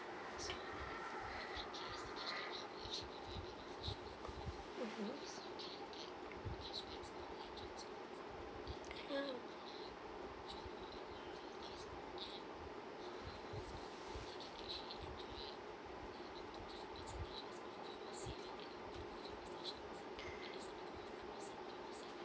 mmhmm ya